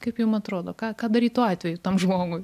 kaip jum atrodo ką ką daryt tuo atveju tam žmogui